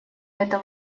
это